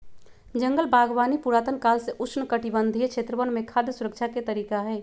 जंगल बागवानी पुरातन काल से उष्णकटिबंधीय क्षेत्रवन में खाद्य सुरक्षा के तरीका हई